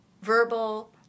verbal